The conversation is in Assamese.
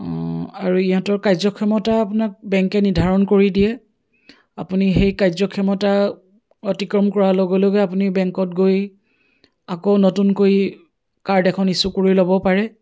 আৰু ইহঁতৰ কাৰ্যক্ষমতা আপোনাক বেংকে নিৰ্ধাৰণ কৰি দিয়ে আপুনি সেই কাৰ্যক্ষমতা অতিক্ৰম কৰাৰ লগে লগে আপুনি বেংকত গৈ আকৌ নতুনকৈ কাৰ্ড এখন ইছ্যু কৰি ল'ব পাৰে